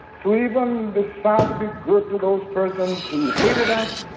to even decide to be good to those persons who hated us,